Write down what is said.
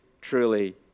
truly